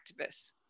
activists